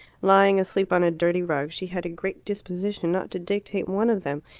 lying asleep on a dirty rug, she had a great disposition not to dictate one of them,